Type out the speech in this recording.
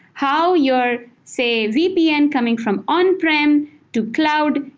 how your, say, vpn coming from on prem to cloud,